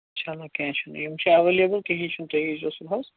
چلو کیٚنٛہہ چھُ نہٕ یِم چھِ اٮ۪ویلیبٕل کِہیٖنۍ چھُنہٕ تُہۍ ییٖزیو صُبحَس